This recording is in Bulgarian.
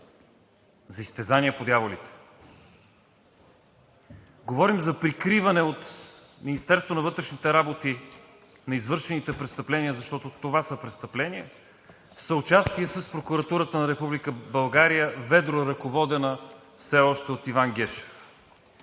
За изтезания, по дяволите! Говорим за прикриване от Министерството на вътрешните работи на извършените престъпления, защото това са престъпления, в съучастие с Прокуратурата на Република България, ведро ръководена все още от Иван Гешев.